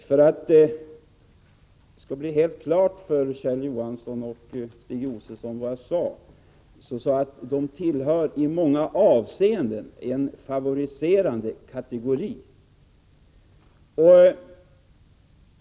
För att det skall bli helt klart för Stig Josefson och Kjell Johansson vad jag sade, upprepar jag att de i många avseenden tillhör en favoriserad kategori.